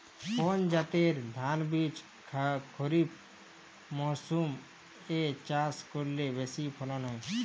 কোন জাতের ধানবীজ খরিপ মরসুম এ চাষ করলে বেশি ফলন হয়?